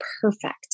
perfect